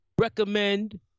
recommend